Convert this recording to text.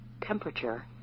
temperature